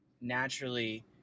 naturally